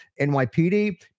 NYPD